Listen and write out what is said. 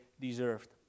deserved